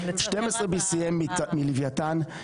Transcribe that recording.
BCM12 מלווייתן,